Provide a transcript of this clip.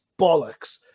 bollocks